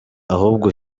ahubwo